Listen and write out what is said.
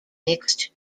mixed